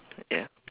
ya